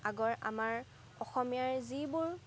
আগৰ আমাৰ অসমীয়াৰ যিবোৰ